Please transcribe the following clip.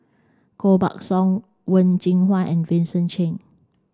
Koh Buck Song Wen Jinhua and Vincent Cheng